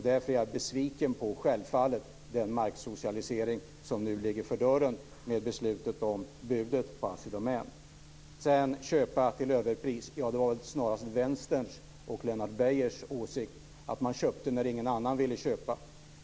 Därför är jag självfallet besviken på den marksocialisering som nu står för dörren med beslutet om budet på Assi Domän. När det gäller att köpa till överpris var det väl snarast Vänsterns och Lennart Beijers åsikt att man köpte när ingen annan ville köpa.